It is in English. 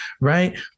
Right